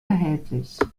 erhältlich